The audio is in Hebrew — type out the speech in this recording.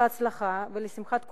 בהצלחה ולשמחת כולנו,